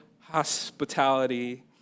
hospitality